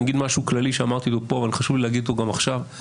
אני אומר משהו כללי שאמרתי אבל חשוב לי להגיד אותו גם עכשיו.